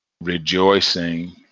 rejoicing